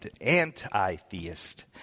anti-theist